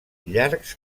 llargs